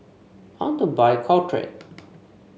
I want to buy Caltrate